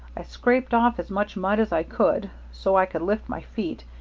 i scraped off as much mud as i could, so i could lift my feet,